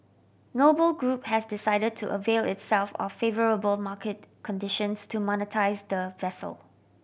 Noble Group has decided to avail itself of favourable market conditions to monetise the vessel